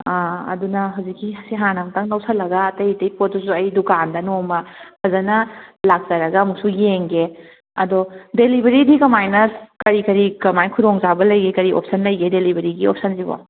ꯑꯪ ꯑꯗꯨꯅ ꯍꯧꯖꯤꯛꯀꯤꯁꯤ ꯍꯥꯟꯅ ꯑꯝꯇꯪ ꯂꯧꯁꯤꯜꯂꯒ ꯑꯇꯩ ꯑꯇꯩ ꯄꯣꯠꯇꯨꯁꯨ ꯑꯩ ꯗꯨꯀꯥꯟꯗ ꯅꯣꯡꯃ ꯐꯖꯅ ꯂꯥꯛꯆꯔꯒ ꯑꯃꯨꯛꯁꯨ ꯌꯦꯡꯒꯦ ꯑꯗꯣ ꯗꯦꯂꯤꯕꯔꯤꯗꯤ ꯀꯃꯥꯏꯅ ꯀꯔꯤ ꯀꯔꯤ ꯀꯃꯥꯏꯅ ꯈꯨꯗꯣꯡ ꯆꯥꯕ ꯂꯩꯒꯦ ꯀꯔꯤ ꯑꯣꯞꯁꯟ ꯂꯩꯒꯦ ꯗꯦꯂꯤꯕꯔꯤꯒꯤ ꯑꯣꯞꯁꯟꯁꯤꯕꯣ